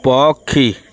ପକ୍ଷୀ